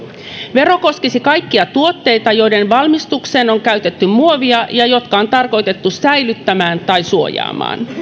vero koskisi kaikkia tuotteita joiden valmistukseen on käytetty muovia ja jotka on tarkoitettu säilyttämään tai suojaamaan